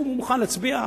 הוא מוכן להצביע,